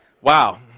Wow